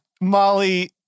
Molly